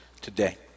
today